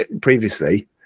previously